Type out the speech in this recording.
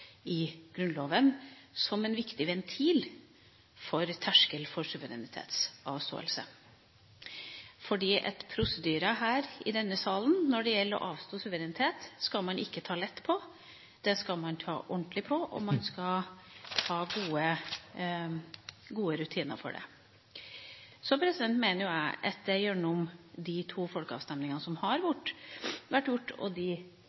i Grunnloven som en viktig ventil som terskel for suverenitetsavståelse. For prosedyrer her i denne salen når det gjelder å avstå suverenitet, skal man ikke ta lett på. Det skal være ordentlig, og man skal ha gode rutiner for det. Så mener jo jeg at de to folkeavstemningene som har vært, og